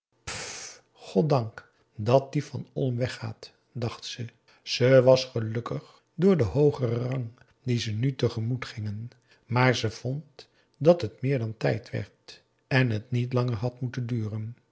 goddank dat die van olm weggaat dacht ze ze was gelukkig door den hoogeren rang dien ze nu tegemoet gingen maar ze vond dat het meer dan tijd werd en het niet langer had moeten duren